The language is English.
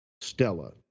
Stella